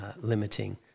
limiting